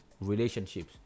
relationships